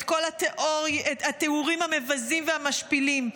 את כל התיאורים המבזים והמשפילים,